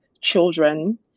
children